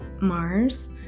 Mars